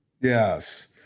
Yes